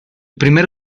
primer